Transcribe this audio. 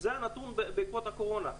זה הנתון בעקבות הקורונה.